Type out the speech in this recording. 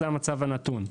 זה המצב הנתון.